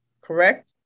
correct